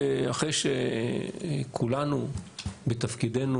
אחרי שכולנו בתפקידנו,